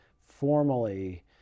formally